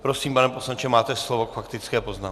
Prosím, pane poslanče, máte slovo k faktické poznámce.